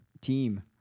team